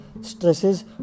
stresses